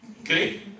Okay